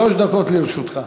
שלוש דקות לרשותך.